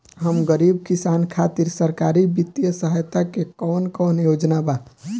हम गरीब किसान खातिर सरकारी बितिय सहायता के कवन कवन योजना बा?